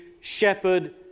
shepherd